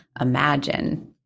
imagine